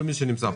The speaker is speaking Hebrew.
כל מי שנמצא פה.